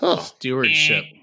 Stewardship